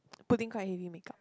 putting quite heavy make-up